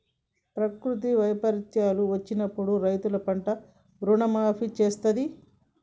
ప్రకృతి వైపరీత్యాలు వచ్చినప్పుడు రైతులకు పంట రుణాలను మాఫీ చేస్తాంది